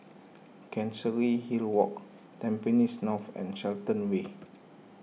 Chancery Hill Walk Tampines North and Shenton Way